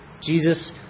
Jesus